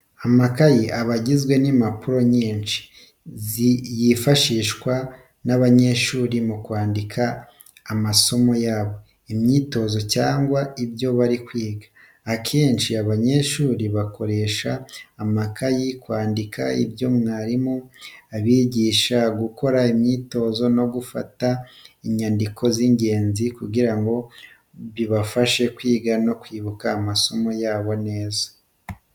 Amakayi aba agizwe n'impapuro nyinshi, yifashishwa n'abanyeshuri mu kwandika amasomo yabo, imyitozo, cyangwa ibyo bari kwiga. Akenshi abanyeshuri bakoresha amakayi kwandika ibyo mwarimu abigisha, gukora imyitozo, no gufata inyandiko z'ingenzi kugira ngo bibafashe kwiga no kwibuka amasomo yabo neza.